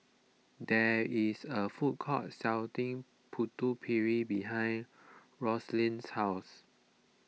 there is a food court selling Putu Piring behind Raelynn's house